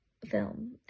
film